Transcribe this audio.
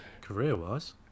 Career-wise